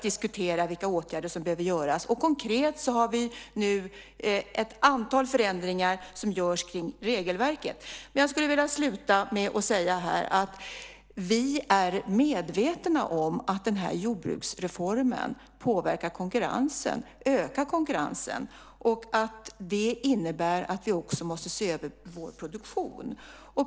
Konkret genomförs nu ett antal förändringar av regelverket. Jag vill avsluta med att säga att vi är medvetna om att jordbruksreformen ökar konkurrensen. Det innebär att vi måste se över vår produktion.